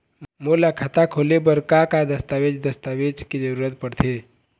मोला खाता खोले बर का का दस्तावेज दस्तावेज के जरूरत पढ़ते?